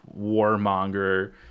warmonger